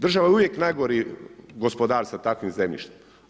Država je uvijek najgori gospodar s takvim zemljištem.